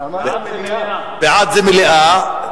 בעד זה מליאה.